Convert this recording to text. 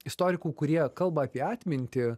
istorikų kurie kalba apie atmintį